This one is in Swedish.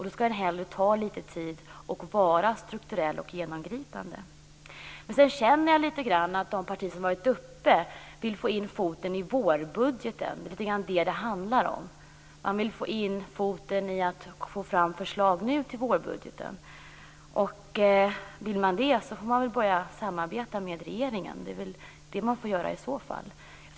Då får den hellre ta lite tid och vara strukturell och genomgripande. Sedan känner jag lite grann att de partier som har varit uppe vill få in foten i vårbudgeten. Det är lite grann detta det handlar om. Man vill få in foten genom att nu få fram förslag till vårbudgeten. Vill man det så får man väl börja samarbeta med regeringen. Det är väl det man får göra i så fall.